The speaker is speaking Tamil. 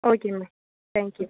okay ma'am thank you